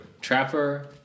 Trapper